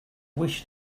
wish